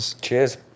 Cheers